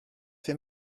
fait